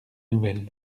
nouvelles